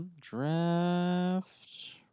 Draft